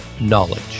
knowledge